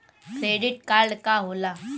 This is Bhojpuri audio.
क्रेडिट कार्ड का होला?